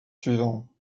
suivants